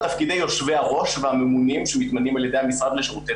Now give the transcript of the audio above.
תפקידי יושבי הראש והממונים שמתמנים על ידי המשרד לשירותי